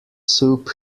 soup